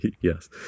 Yes